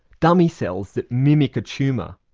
dummy cells that mimic a tumour.